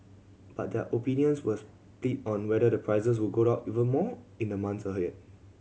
but their opinions were split on whether the prices would go up even more in the months ahead